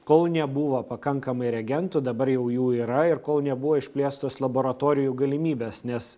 kol nebuvo pakankamai reagentų dabar jau jų yra ir kol nebuvo išplėstos laboratorijų galimybės nes